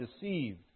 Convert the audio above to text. deceived